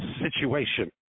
situation